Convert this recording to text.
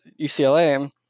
UCLA